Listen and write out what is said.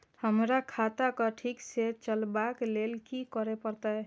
हमरा खाता क ठीक स चलबाक लेल की करे परतै